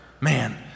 man